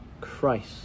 Christ